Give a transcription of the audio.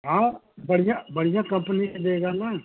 हाँ बढ़िया बढ़िया कम्पनी के देगा न